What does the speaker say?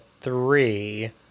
three